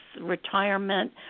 retirement